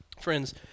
Friends